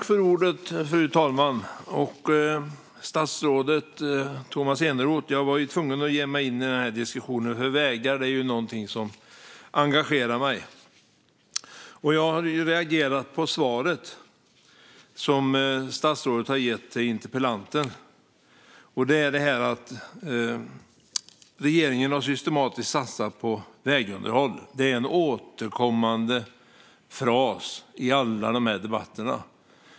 Fru talman! Jag var tvungen att ge mig in den här diskussionen. Vägar är någonting som engagerar mig, och jag reagerade på svaret som statsrådet gav till interpellanten. Det handlar om detta med att regeringen systematiskt har satsat på vägunderhåll, vilket är en återkommande fras i alla dessa debatter.